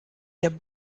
der